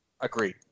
Agreed